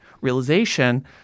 realization